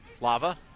Lava